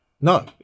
no